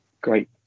great